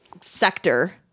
sector